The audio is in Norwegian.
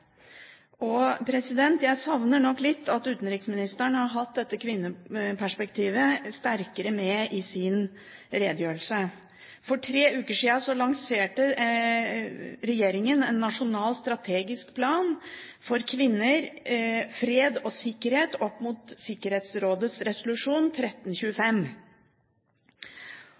Jeg savner nok litt at utenriksministeren ikke har hatt dette kvinneperspektivet sterkere med i sin redegjørelse. For tre uker siden lanserte regjeringen en nasjonal strategisk plan for kvinner, fred og sikkerhet knyttet opp mot Sikkerhetsrådets resolusjon 1325.